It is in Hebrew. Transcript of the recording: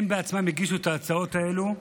הם עצמם הגישו את ההצעות האלה,